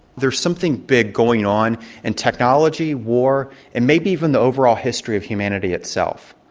there's something big going on in technology, war and maybe even the overall history of humanity itself.